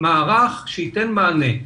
מערך שייתן מענה.